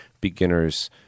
beginners